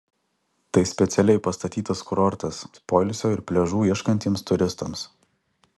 tai specialiai pastatytas kurortas poilsio ir pliažų ieškantiems turistams